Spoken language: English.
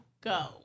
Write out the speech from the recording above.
Go